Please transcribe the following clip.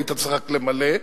היית צריך רק למלא,